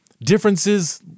Differences